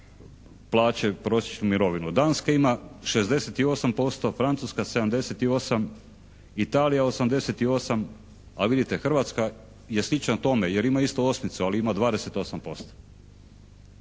plaće prosječnu mirovinu. Danska ima 68%, Francuska 78%, Italija 88%, a vidite Hrvatska je slična tome, jer ima isto osmicu, ali ima 28%.